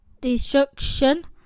destruction